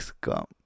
come